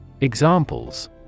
Examples